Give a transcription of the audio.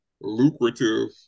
lucrative